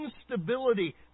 instability